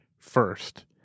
first